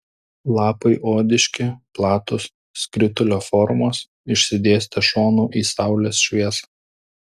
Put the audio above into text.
lapai odiški platūs skritulio formos išsidėstę šonu į saulės šviesą